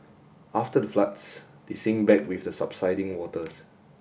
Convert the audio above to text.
after the floods they sink back with the subsiding waters